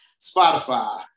Spotify